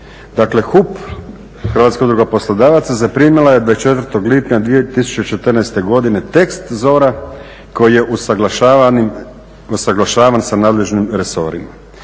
"HUP – Hrvatska udruga poslodavaca zaprimila je 24. lipnja 2014. godine tekst ZOR-a koji je usuglašavan sa nadležnim resorima.